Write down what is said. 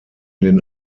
den